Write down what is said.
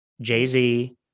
Jay-Z